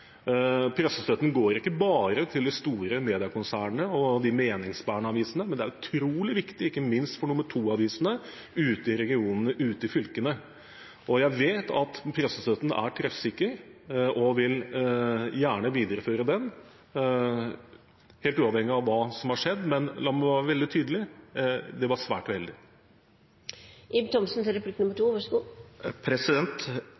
Pressestøtten går ikke bare til de store mediekonsernene og de meningsbærende avisene, men er utrolig viktig ikke minst for nr. 2-avisene ute i regionene, ute i fylkene. Jeg vet at pressestøtten er treffsikker, og vil gjerne videreføre den, helt uavhengig av hva som har skjedd. Men la meg være veldig tydelig: Det var svært